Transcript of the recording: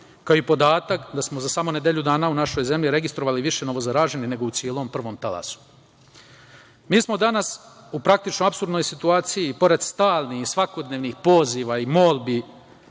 kao i podatak da smo za samo nedelju dana u našoj zemlji registrovali više novozaraženih nego u celom prvom talasu. Mi smo danas u praktično apsurdnoj situaciji, pored stalnih i svakodnevnih poziva i molbi